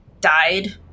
died